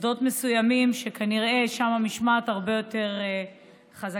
מוסדות מסוימים, שכנראה שם המשמעת הרבה יותר חזקה.